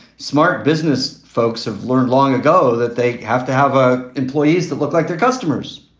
smart business folks have learned long ago that they have to have ah employees that look like their customers.